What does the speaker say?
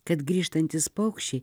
kad grįžtantys paukščiai